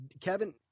Kevin